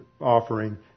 offering